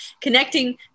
connecting